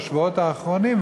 בשבועות האחרונים,